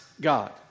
God